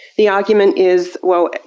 the argument is, well,